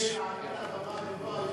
אתה תעלה לבמה בבוא היום